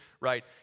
right